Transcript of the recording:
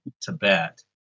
Tibet